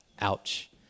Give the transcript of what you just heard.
ouch